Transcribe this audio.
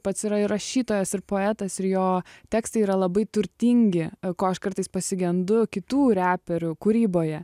pats yra ir rašytojas ir poetas ir jo tekstai yra labai turtingi ko aš kartais pasigendu kitų reperių kūryboje